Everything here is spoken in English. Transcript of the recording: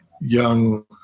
young